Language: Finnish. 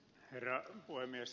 herra puhemies